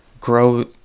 grow